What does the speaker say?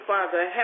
Father